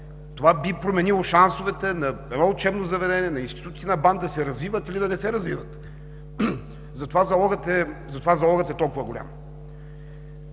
Това би променило шансовете на едно учебно заведение, на институтите на БАН да се развиват или да не се развиват. Затова залогът е толкова голям.